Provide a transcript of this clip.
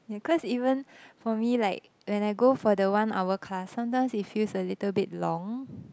yeah cause even for me like when I go for the one hour class sometimes it feels a little bit long